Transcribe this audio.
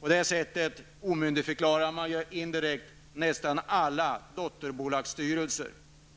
På det sättet omyndigförklarar man indirekt nästan alla dotterbolagsstyrelser.